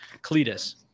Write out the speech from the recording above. Cletus